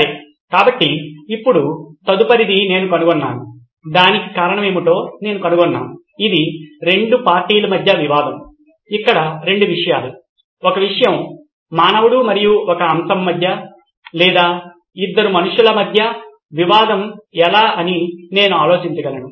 సరే కాబట్టి ఇప్పుడు తదుపరిది నేను కనుగొన్నాను దానికి కారణం ఏమిటో నేను కనుగొన్నాను ఇది రెండు పార్టీల మధ్య వివాదం ఇక్కడ రెండు విషయాలు ఒక విషయం మానవుడు మరియు ఒక అంశము లేదా ఇద్దరు మనుషుల మధ్య వివాదం ఎలా అని నేను ఆలోచించగలను